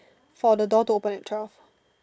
for the door to open at twelve